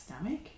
stomach